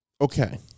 Okay